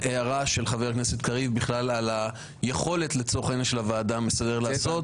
ההערה של חבר הכנסת קריב בכלל על היכולת של הוועדה המסדרת לעשות.